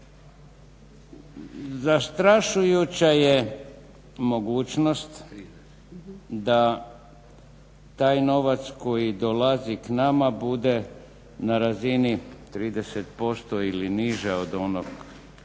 Zastrašujuća je mogućnost da taj novac koji dolazi k nama bude na razini 30% ili niže od onog